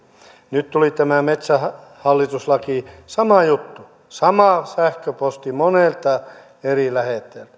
nyt tuli tämä metsähallitus laki sama juttu sama sähköposti monelta eri lähettäjältä